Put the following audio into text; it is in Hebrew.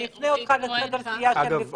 אני אפנה אותך לחדר של סיעת הליכוד.